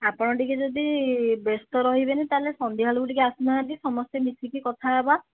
ଆପଣ ଟିକିଏ ଯଦି ବ୍ୟସ୍ତ ରହିବେନି ତା ହେଲେ ସନ୍ଧ୍ୟାବେଳକୁ ଟିକିଏ ଆସୁନାହାନ୍ତି ସମସ୍ତେ ମିଶିକି କଥା ହେବା